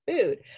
food